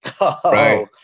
right